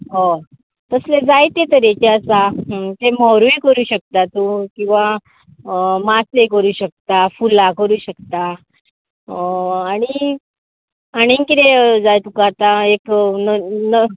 हय हय जायते तरेचे आसा मोरूय करूंक शकता तूं किंवां माशें करूंक शकता फुलां करूंक शकता आनी आनीक कितें जाय तुका आतां एक न न